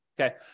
Okay